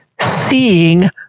seeing